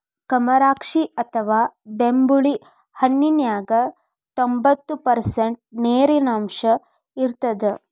ಕಮರಾಕ್ಷಿ ಅಥವಾ ಬೆಂಬುಳಿ ಹಣ್ಣಿನ್ಯಾಗ ತೋಭಂತ್ತು ಪರ್ಷಂಟ್ ನೇರಿನಾಂಶ ಇರತ್ತದ